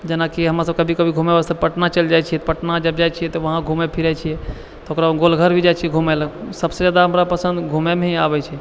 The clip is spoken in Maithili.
जेनाकि हमे सब कभी कभी घूमे वास्ते पटना चलि जाइ छी पटना जब जाइ छियै तऽ वहाँ घूमै फिरै छियै तऽ ओकराबाद गोलघर भी जाइ छियै घूमै लए सबसँ जादा पसन्द हमरा घूमैमे ही आबै छै